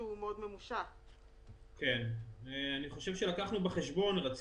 אני מחדש את הדיון: הצעת צו על הפקוח על מצרכים ושירותים (נגיף